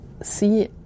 see